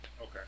Okay